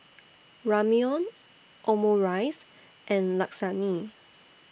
Ramyeon Omurice and Lasagne